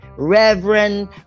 Reverend